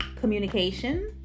communication